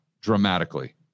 dramatically